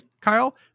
Kyle